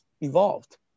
evolved